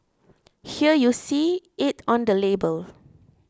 here you see it on the label